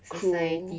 cruel